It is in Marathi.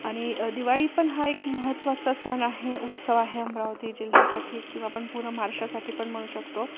आणि दिवाळी पण हा एक महत्त्वाचा सण आहे उत्सव आहे अमरावती जिल्ह्यासाठी किंवा आपण पूर्ण महाराष्ट्रासाठी पण म्हणू शकतो